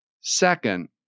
Second